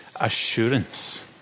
assurance